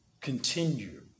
continue